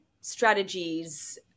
strategies